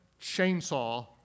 chainsaw